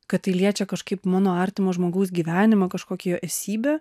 kad tai liečia kažkaip mano artimo žmogaus gyvenimą kažkokią jo esybę